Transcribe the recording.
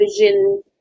vision